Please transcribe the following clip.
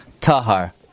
tahar